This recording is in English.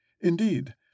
Indeed